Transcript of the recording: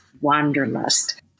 Wanderlust